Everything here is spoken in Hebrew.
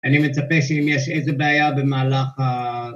אני מצפה שאם יש איזה בעיה במהלך ה...